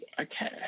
okay